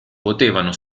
potevano